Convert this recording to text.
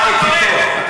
אתה האחרון, תשמע אותי טוב.